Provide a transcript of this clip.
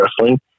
Wrestling